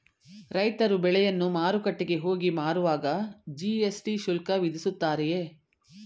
ರೈತರು ಬೆಳೆಯನ್ನು ಮಾರುಕಟ್ಟೆಗೆ ಹೋಗಿ ಮಾರುವಾಗ ಜಿ.ಎಸ್.ಟಿ ಶುಲ್ಕ ವಿಧಿಸುತ್ತಾರೆಯೇ?